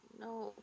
no